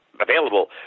available